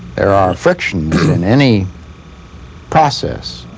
there are frictions in any process.